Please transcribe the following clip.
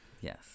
Yes